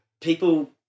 people